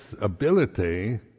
ability